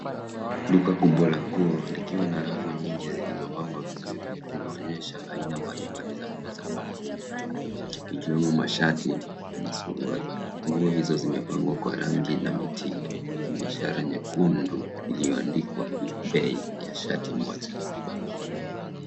Duka kubwa la nguo likiwa na rafu nyingi zilizopangwa vizuri. Zinaonyesha aina mbalimbali za nguo za mwanaume ikiwemo mashati na suruali. Nguo hizo zimepangwa kwa rangi na mitindo. Kuna ishara nyekundu iliyoandikwa bei ya shati moja.